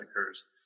occurs